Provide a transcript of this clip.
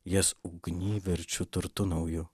jas ugny verčiu turtu nauju